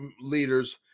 leaders